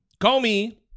Comey